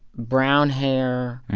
brown hair,